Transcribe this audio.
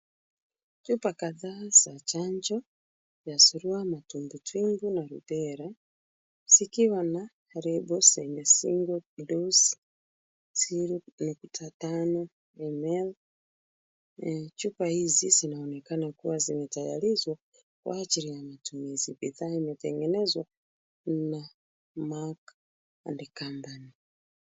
Chupa kadhaa za chanjo ya surua, matumbwitumbwi na Rubella , zikiwa na lebo zenye single dose 0.5ml . Chupa hizi zinaonekana kuwa zimetayarishwa kwa ajili ya matumizi. Bidhaa zimetengenezwa na Mark and Company.